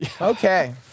Okay